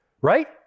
right